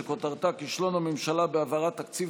שכותרתה: כישלון הממשלה בהעברת תקציב